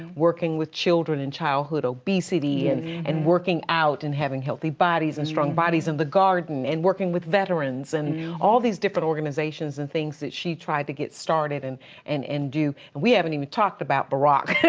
working with children and childhood obesity and and working out and having healthy bodies and strong bodies and the garden and working with veterans and all these different organizations and things that she tried to get started and and do. and we haven't even talked about barack.